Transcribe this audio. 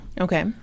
Okay